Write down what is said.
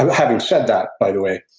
having said that, by the way,